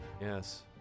Yes